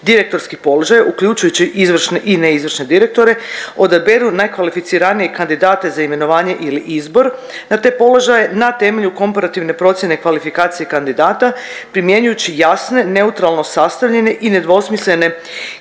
direktorskih položaja uključujući izvršne i neizvršne direktore, odaberu najkvalificiranijeg kandidata za imenovanje ili izbor na te položaje, na temelju komparativne procjene i kvalifikacije kandidata primjenjujući jasne, neutralno sastavljene i nedvosmilene …/Govornik